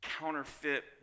counterfeit